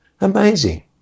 Amazing